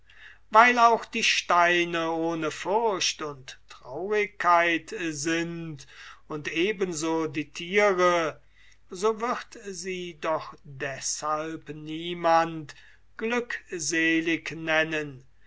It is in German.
weil auch die steine ohne furcht und traurigkeit sind und ebenso die thiere so wird sie doch deshalb niemand glückselig nennen